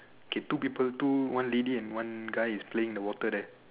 K two people two one lady and one guy is playing the water right